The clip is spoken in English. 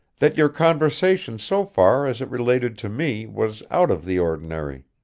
that your conversation so far as it related to me was out of the ordinary.